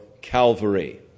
Calvary